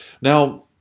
Now